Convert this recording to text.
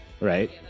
right